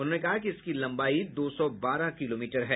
उन्होंने कहा कि इसकी लम्बाई दो सौ बारह किलोमीटर है